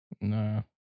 No